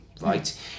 Right